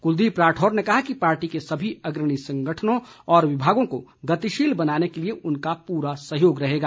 कुलदीप राठौर ने कहा कि पार्टी के सभी अग्रणी संगठनों और विभागों को गतिशील बनाने के लिए उनका पूरा सहयोग रहेगा